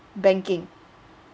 banking